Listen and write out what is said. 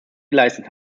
geleistet